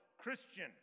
Christian